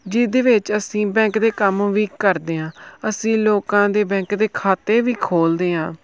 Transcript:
ਜਿਹਦੇ ਵਿੱਚ ਅਸੀਂ ਬੈਂਕ ਦੇ ਕੰਮ ਵੀ ਕਰਦੇ ਹਾਂ ਅਸੀਂ ਲੋਕਾਂ ਦੇ ਬੈਂਕ ਦੇ ਖਾਤੇ ਵੀ ਖੋਲਦੇ ਹਾਂ